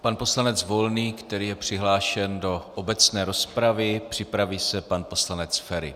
Pan poslanec Volný, který je přihlášen do obecné rozpravy, připraví se pan poslanec Feri.